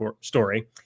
story